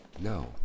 no